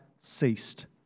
ceased